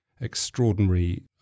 extraordinary